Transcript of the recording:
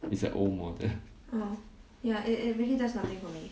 it's like old model